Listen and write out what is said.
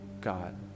God